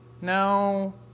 No